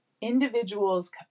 individual's